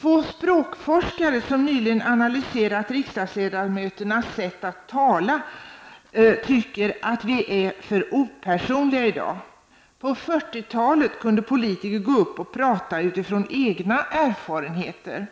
Två språkforskare som nyligen analyserat riksdagsledamöternas sätt att tala tycker att vi är för opersonliga i dag. På 40-talet kunde politiker gå upp och tala utifrån egna erfarenheter.